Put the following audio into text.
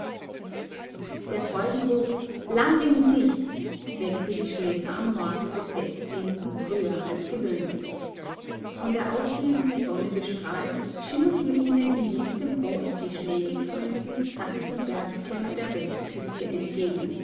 der freudenruf land in sicht weckte die schläfer am morgen des früher als gewöhnlich von der aufgehenden sonne bestrahlt schimmerten ihnen in lichtem rot die schneegekrönten zackigen bergkämme der westküste entgegen